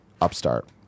Upstart